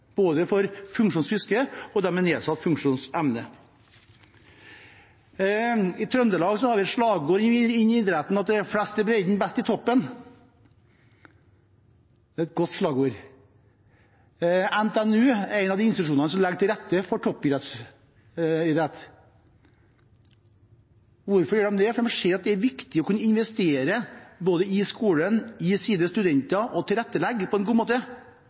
både funksjonsfriske og de med nedsatt funksjonsevne. I Trøndelag har vi et slagord i idretten: «Flest i bredden – best i toppen». Det er et godt slagord. NTNU er en av de institusjonene som legger til rette for toppidrett. Hvorfor gjør de det? Det er fordi de ser at det er viktig å kunne investere både i skolen og i sine studenter og legge til rette på en god måte.